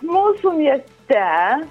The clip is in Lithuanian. mūsų mieste